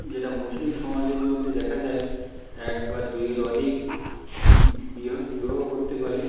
যেটা মুসলিম সমাজের মধ্যে দেখা যায় এক বা দুইয়ের অধিক বিবাহ করতে পারে